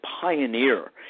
pioneer